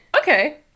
Okay